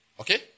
Okay